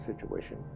situation